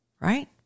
right